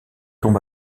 tombe